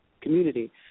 community